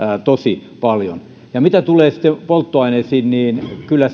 tosi paljon ja mitä tulee sitten polttoaineisiin niin kyllä